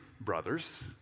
brothers